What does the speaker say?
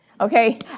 okay